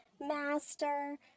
Master